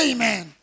Amen